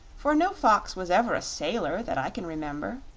for no fox was ever a sailor that i can remember.